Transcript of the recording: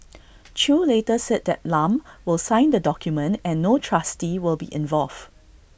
chew later set that Lam will sign the document and no trustee will be involved